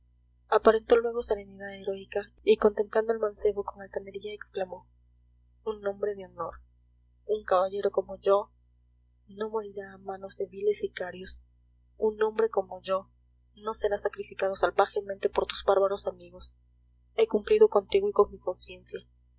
aparentó luego serenidad heroica y contemplando al mancebo con altanería exclamó un hombre de honor un caballero como yo no morirá a manos de viles sicarios un hombre como yo no será sacrificado salvajemente por tus bárbaros amigos he cumplido contigo y con mi conciencia